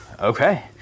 Okay